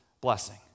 blessing